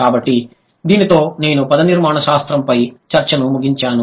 కాబట్టి దీనితో నేను పదనిర్మాణ శాస్త్రంపై చర్చను ముగించాను